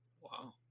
Wow